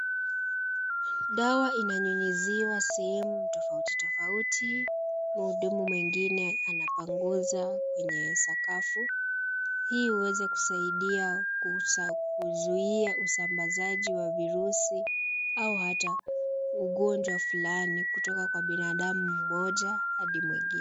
Dawa inanyunyuziwa sehemu tofauti tofauti. Mhudumu mwingine anapanguza kwenye sakafu. Hii huweza kusaidia kuzuia usambazaji wa virusi au hata ugonjwa fulani kutoka kwa binadamu mmoja hadi mwingine.